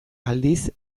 aldiz